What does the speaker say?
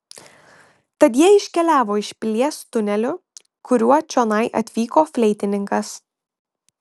tad jie iškeliavo iš pilies tuneliu kuriuo čionai atvyko fleitininkas